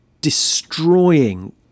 destroying